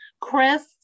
Chris